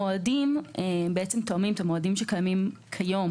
המועדים תואמים את המועדים שקיימים כיום